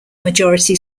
majority